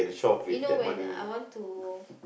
you know when I want to